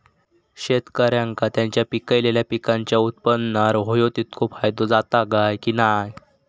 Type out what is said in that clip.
शेतकऱ्यांका त्यांचा पिकयलेल्या पीकांच्या उत्पन्नार होयो तितको फायदो जाता काय की नाय?